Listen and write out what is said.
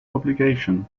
obligation